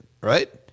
right